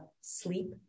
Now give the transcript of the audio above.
sleep